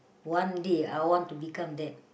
one day I want to become that